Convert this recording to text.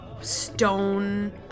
stone